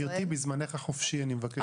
גברתי, בזמנך החופשי אני מבקש רשות דיבור.